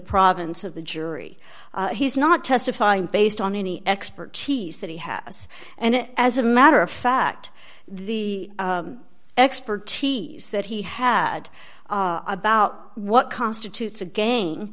province of the jury he's not testifying based on any expertise that he has and as a matter of fact the expertise that he had about what constitutes again